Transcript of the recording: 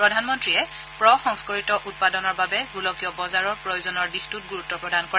প্ৰধানমন্ত্ৰীয়ে প্ৰসংস্কৰিত উৎপাদনৰ বাবে গোলকীয় বজাৰৰ প্ৰয়োজনৰ দিশত গুৰুত্ব প্ৰদান কৰে